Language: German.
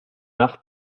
nach